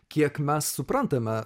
kiek mes suprantame